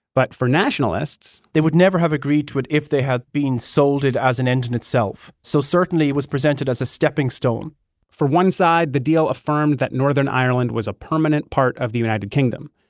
but for nationalists. they would never have agreed to it if they had been sold it as an end in itself, so certainly it was presented as a stepping stone for one side, the deal affirmed that northern ireland was a permanent part of the united kingdom.